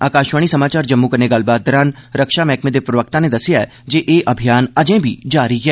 आकाशवाणी समाचार जम्मू कन्नै गल्लबात दरान रक्षा मैह्कमें दे प्रवक्ता नै दस्सेआ ऐ जे एह् अभियान अजें बी जारी ऐ